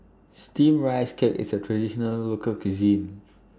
Steamed Rice Cake IS A Traditional Local Cuisine